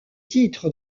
titre